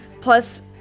plus